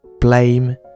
Blame